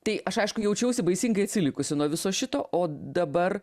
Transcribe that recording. tai aš aišku jaučiausi baisingai atsilikusi nuo viso šito o dabar